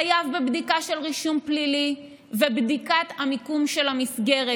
חייב בבדיקה של רישום פלילי ובדיקת המיקום של המסגרת,